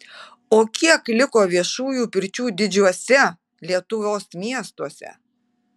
o kiek liko viešųjų pirčių didžiuose lietuvos miestuose